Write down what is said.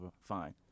Fine